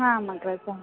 आम् अग्रज